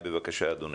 יוראי, בבקשה אדוני.